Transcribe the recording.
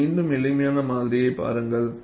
நீங்கள் மீண்டும் எளிமையான மாதிரியை பாருங்கள்